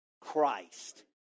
Christ